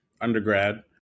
undergrad